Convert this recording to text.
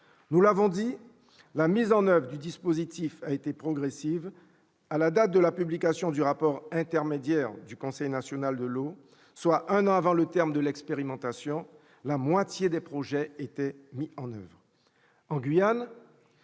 souligné, la mise en oeuvre du dispositif a été progressive : à la date de la publication du rapport intermédiaire du Comité national de l'eau, soit un an avant le terme de l'expérimentation, la moitié des projets étaient mis en place.